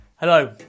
Hello